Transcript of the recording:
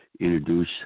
introduce